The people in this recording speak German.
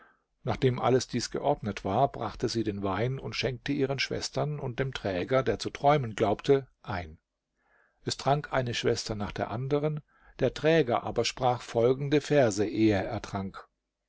nachdem alles dies geordnet war brachte sie den wein und schenkte ihren schwestern und dem träger der zu träumen glaubte ein es trank eine schwester nach der anderen der träger aber sprach folgende verse ehe er trank